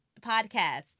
podcast